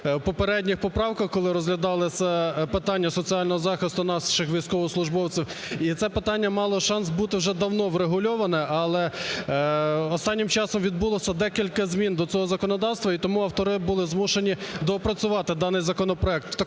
в попередніх поправках, коли розглядалося питання соціального захисту наших військовослужбовців, і це питання мало шанс бути вже давно врегульоване. Але останнім часом відбулося декілька змін до цього законодавства, і тому автори були змушені доопрацювати даний законопроект.